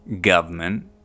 government